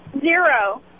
Zero